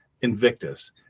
Invictus